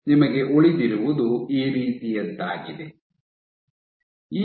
ನಿಮಗೆ ಉಳಿದಿರುವುದು ಈ ರೀತಿಯದ್ದಾಗಿದೆ ನೋಡುವ ಸಮಯ 1911